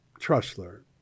Trussler